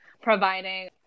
providing